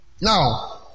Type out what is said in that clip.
Now